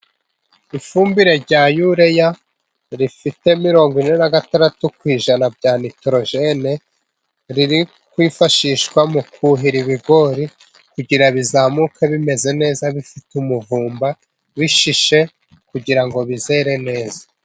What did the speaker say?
Ifumbire ya ire ifite mirongo ine n'agatandatu ku ijana bya nitorogene. Iri kwifashishwa mu kuhira ibigori kugira bizamuke bimeze neza bifite umuvumba, bishishe kugira ngo bizere neza.